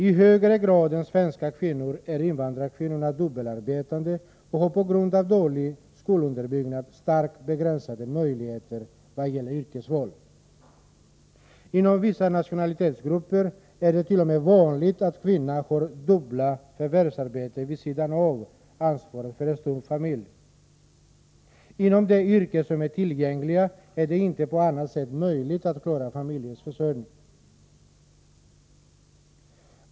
I högre grad än svenska kvinnor är invandrarkvinnorna dubbelarbetande och har på grund av dålig skolunderbyggnad starkt begränsade möjligheter i vad gäller yrkesval. Inom vissa nationalitetsgrupper är det t.o.m. vanligt att kvinnan har dubbla förvärvsarbeten vid sidan av ansvaret för en stor familj. Inom de yrken som är tillgängliga för henne är det inte på annat sätt möjligt att klara familjens försörjning.